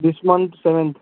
this month seventh